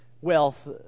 wealth